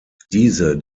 diese